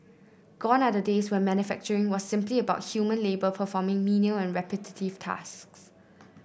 gone are the days when manufacturing was simply about human labour performing menial and repetitive tasks